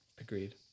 Agreed